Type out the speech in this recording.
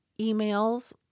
emails